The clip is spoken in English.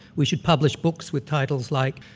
we should publish books with titles like,